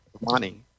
money